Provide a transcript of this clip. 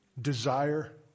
desire